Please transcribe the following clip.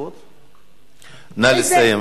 נא לסיים.